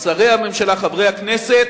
שרי הממשלה, חברי הכנסת,